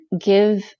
give